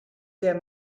der